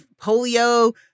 polio